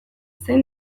zein